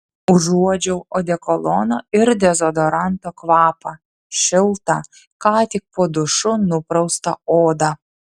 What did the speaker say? užuodžiau odekolono ir dezodoranto kvapą šiltą ką tik po dušu nupraustą odą